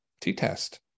t-test